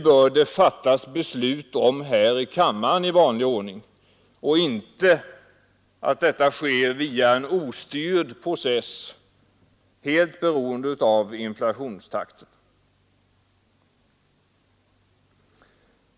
Sådana förändringar skall inte ske via en ostyrd process, helt beroende av inflationstakten.